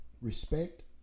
respect